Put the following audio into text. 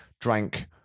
Drank